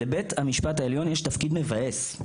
לבית המשפט העליון יש תפקיד מבאס,